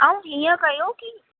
ऐं हीअं कयो